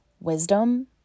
wisdom